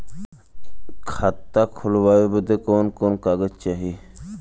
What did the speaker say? खाता खोलवावे बादे कवन कवन कागज चाही?